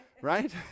right